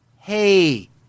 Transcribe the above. hey